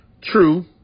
True